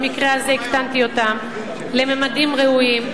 במקרה הזה הקטנתי אותן לממדים ראויים,